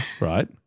right